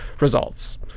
results